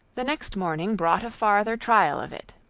the next morning brought a farther trial of it,